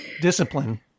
discipline